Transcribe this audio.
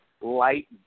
light